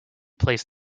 placed